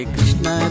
Krishna